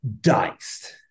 diced